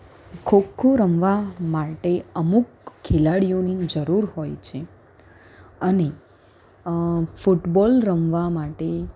ખોખો રમવા માટે અમુક ખેલાડીઓની જરૂર હોય છે અને ફૂટબોલ રમવા માટે